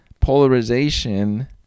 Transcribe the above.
polarization